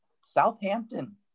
Southampton